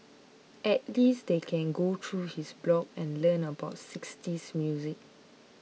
at least they can go through his blogs and learn about sixties music